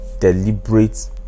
deliberate